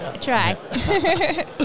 Try